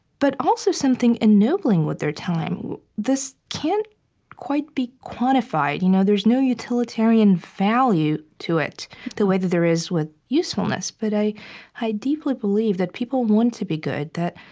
but also something ennobling with their time. this can't quite be quantified. you know there's no utilitarian value to it the way that there is with usefulness. but i i deeply believe that people want to be good, that,